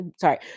sorry